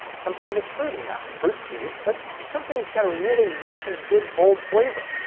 something that's fruity. not fruit juice, but something that's got a really rich and good, bold flavor,